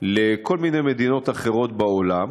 לכל מיני מדינות אחרות בעולם,